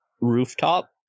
rooftop